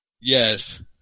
Yes